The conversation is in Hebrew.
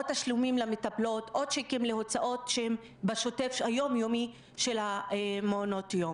תשלומים למטפלות או צ'קים להוצאות שהם בשוטף היומיומי של מעונות היום.